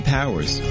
Powers